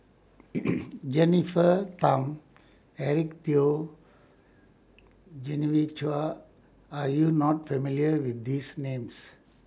Jennifer Tham Eric Teo Genevieve Chua Are YOU not familiar with These Names